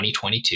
2022